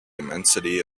immensity